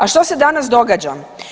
A što se danas događa?